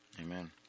Amen